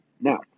Now